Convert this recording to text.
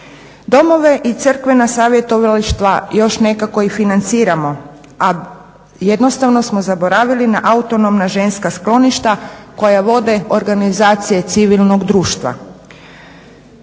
Domove i crkvena savjetovališta još nekako i financiramo, a jednostavno smo zaboravili na autonomna ženska skloništa koja vode organizacije civilnog društva.